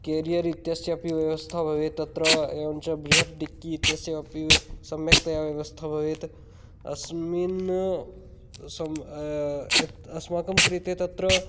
career इत्यस्य अपि व्यवस्था भवेत् तत्र एवञ्च बृहत् डिक्की इत्यस्य अपि सम्यक्तया व्यवस्था भवेत् अस्मिन् अस्माकं कृते तत्र